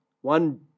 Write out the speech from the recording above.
One